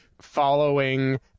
following